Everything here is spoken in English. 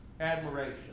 admiration